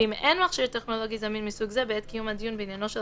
ואם אין מכשיר טכנולוגי זמין מסוג זה בעת קיום הדיון בעניינו של